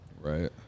Right